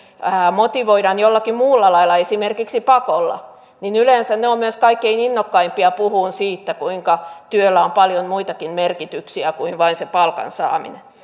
motivoidaan jollakin muulla lailla esimerkiksi pakolla yleensä ovat myös kaikkein innokkaimpia puhumaan siitä kuinka työllä on paljon muitakin merkityksiä kuin vain se palkan saaminen